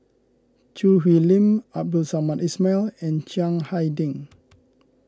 Choo Hwee Lim Abdul Samad Ismail and Chiang Hai Ding